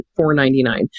4.99